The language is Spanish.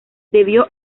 debió